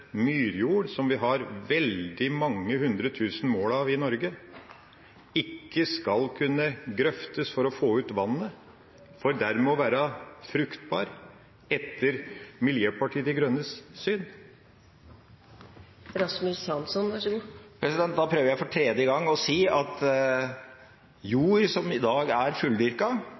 myrjord, som vi har veldig mange hundre tusen mål av i Norge, ikke skal kunne grøftes for å få ut vannet, for dermed å være fruktbar – etter Miljøpartiet De Grønnes syn? Da prøver jeg for tredje gang å si at